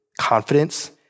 confidence